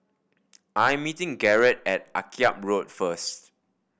I am meeting Garett at Akyab Road first